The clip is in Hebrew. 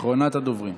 אחרונת הדוברים.